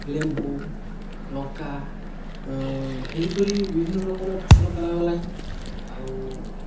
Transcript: ଲେମ୍ବୁ ଲଙ୍କା ଏହିପରି ବିଭିନ୍ନ ପ୍ରକାର ଫସଲ କରାଗଲାଣି ଆଉ